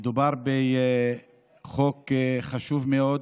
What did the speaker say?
מדובר בחוק חשוב מאוד,